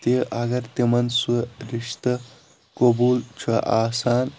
تہِ اگر تِمن سُہ رشتہٕ قبوٗل چھُ آسان